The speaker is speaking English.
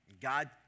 God